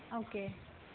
okay